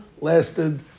lasted